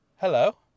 Hello